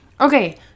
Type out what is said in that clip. Okay